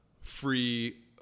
free